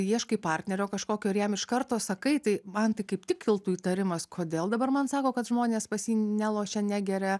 ieškai partnerio kažkokio ir jam iš karto sakai tai man tai kaip tik kiltų įtarimas kodėl dabar man sako kad žmonės pas jį nelošia negeria